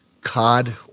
cod